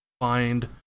find